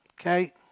Okay